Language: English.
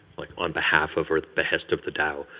like on behalf of or behest of the dao?